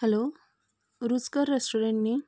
hello रुचकर restaurant न्ही